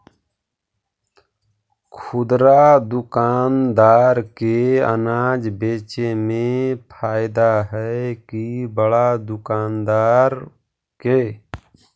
खुदरा दुकानदार के अनाज बेचे में फायदा हैं कि बड़ा दुकानदार के?